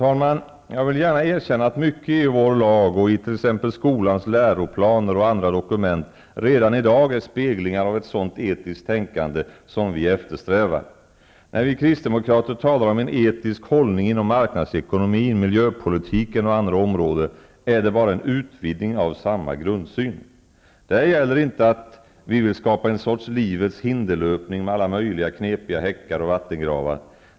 Jag vill gärna erkänna att mycket i vår lag och i t.ex. skolans läroplaner och andra dokument redan i dag är speglingar av ett sådant etiskt tänkande som vi eftersträvar. När vi kristdemokrater talar om en etisk hållning inom marknadsekonomin, miljöpolitiken och andra områden är det bara en utvidgning av samma grundsyn. Det gäller inte att vi vill skapa en sorts livets hinderlöpning med alla möjliga knepiga häckar och vattengravar.